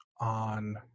on